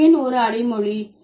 அது ஏன் ஒரு அடைமொழி